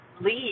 leave